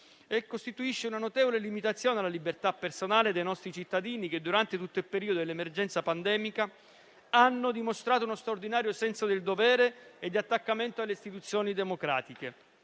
e costituisce una notevole limitazione alla libertà personale dei nostri cittadini, che durante tutto il periodo dell'emergenza pandemica hanno dimostrato uno straordinario senso del dovere e di attaccamento alle istituzioni democratiche.